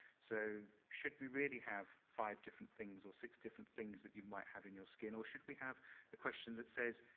so, should we really have five different things, or six different things that you might have in your skin, or should we have a question that says,